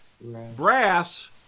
brass